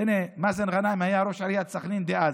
הינה, מאזן גנאים היה ראש עיריית סח'נין דאז.